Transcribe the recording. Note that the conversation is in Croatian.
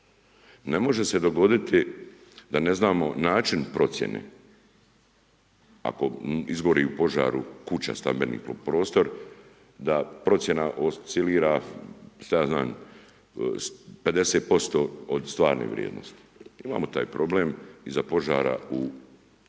Ne može se dogoditi da ne znamo način procjene ako izgori u požaru kuća, stambeni prostor da procjena oscilira šta je znam 50% od stvarne vrijednosti, imamo taj problem iza požara u